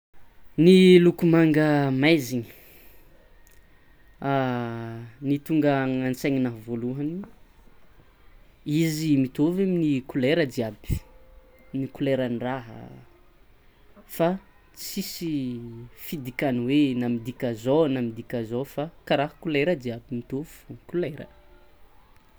Ny loko manga maizina, ny tonga any antsenina voalohany izy mitovy amin'ny kolera jiaby ny kolerandraha, fa tsisy fidikany hoe na midika zao na midika zao fa kara kolera jiaby mitovy fô kolera.